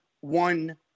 one